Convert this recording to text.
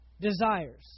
desires